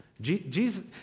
Jesus